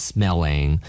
Smelling